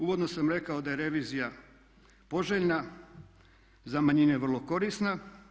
Uvodno sam rekao da je revizija poželjna, za manjine je vrlo korisna.